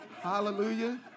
Hallelujah